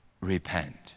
Repent